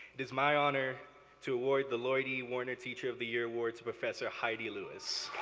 it is my honor to award the lloyd e. worner teacher of the year award to professor heidi lewis.